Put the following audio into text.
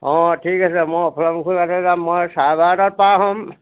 অঁ ঠিক আছে মই অফলামুখৰ বাটেৰে যাম মই চাৰে বাৰটাত পাৰ হ'ম